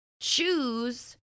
choose